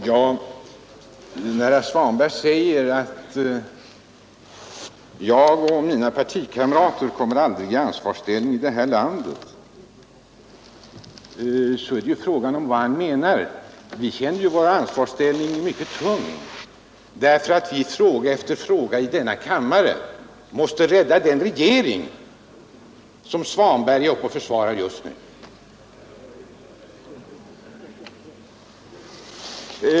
Herr talman! När herr Svanberg säger att jag och mina partikamrater aldrig kommer i ansvarig ställning här i landet, är det fråga om vad han menar. Vi känner ett mycket stort ansvar därför att vi i fråga efter fråga i denna kammare måste rädda den regering som herr Svanberg är uppe och försvarar just nu.